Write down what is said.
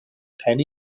pen